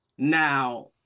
Now